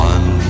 One